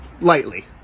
lightly